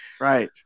Right